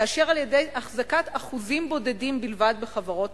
כאשר על-ידי אחזקת אחוזים בודדים בלבד בחברות